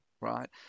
right